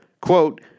quote